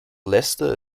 leicester